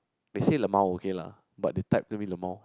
they say lmao okay lah but they type to me lmao